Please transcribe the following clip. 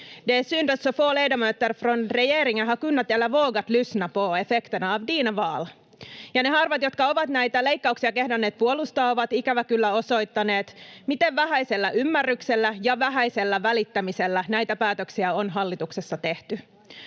ne harvat, jotka ovat näitä leikkauksia kehdanneet puolustaa, ovat ikävä kyllä osoittaneet, miten vähäisellä ymmärryksellä ja vähäisellä välittämisellä näitä päätöksiä on hallituksessa tehty.